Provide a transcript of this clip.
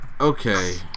Okay